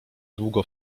długo